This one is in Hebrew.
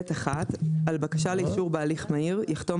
(ב)(1)על בקשה לאישור בהליך מהיר יחתום